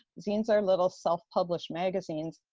zines are little self-published magazines,